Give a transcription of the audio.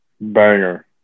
Banger